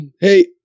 Hey